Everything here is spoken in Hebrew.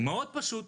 מאוד פשוט.